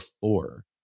four